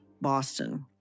Boston